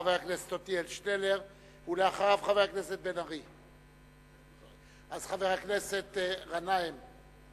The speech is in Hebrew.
חבר הכנסת עתניאל שנלר, ואחריו, חבר הכנסת גנאים.